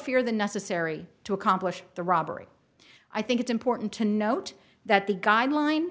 fear than necessary to accomplish the robbery i think it's important to note that the guideline